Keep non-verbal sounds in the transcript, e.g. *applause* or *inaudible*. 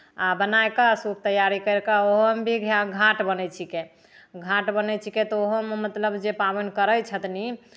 आ बनाइ कऽ सूप तैयारी करि कऽ ओहोमे *unintelligible* घाट बनै छिकै घाट बनै छिकै तऽ ओहोमे मतलब जे पाबनि करै छथिन